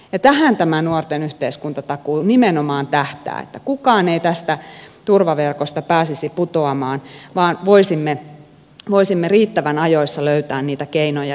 tähän tämä nuorten yhteiskuntatakuu nimenomaan tähtää että kukaan ei tästä turvaverkosta pääsisi putoamaan vaan voisimme riittävän ajoissa löytää niitä keinoja jokaisen nuoren auttamiseksi